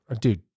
Dude